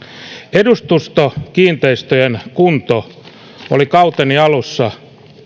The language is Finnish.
edustustokiinteistöjen kunto oli kauteni alussa